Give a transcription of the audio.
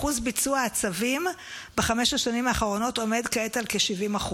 אחוז ביצוע הצווים בחמש השנים האחרונות עומד כעת על כ-70%.